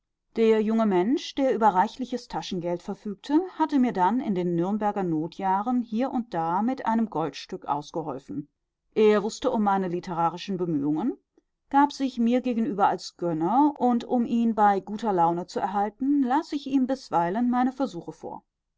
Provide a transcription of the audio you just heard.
der junge mensch der über reichliches taschengeld verfügte hatte mir dann in den nürnberger notjahren hier und da mit einem goldstück ausgeholfen er wußte um meine literarischen bemühungen gab sich mir gegenüber als gönner und um ihn bei guter laune zu erhalten las ich ihm bisweilen meine versuche vor